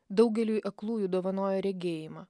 daugeliui aklųjų dovanojo regėjimą